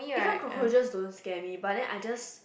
even cockroaches don't scared me but then I just